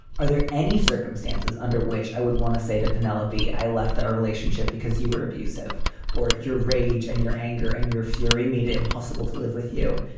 are there any circumstances under which i would want to say to penelope, i left our relationship because you were abusive or your rage and your anger and your fury made it impossible to live with you?